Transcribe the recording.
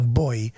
boy